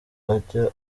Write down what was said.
ajya